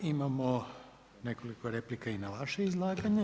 Imamo nekoliko replika i na vaše izlaganje.